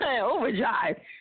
Overdrive